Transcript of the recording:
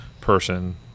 person